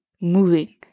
moving